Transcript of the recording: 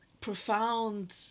profound